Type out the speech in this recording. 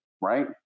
right